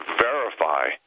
verify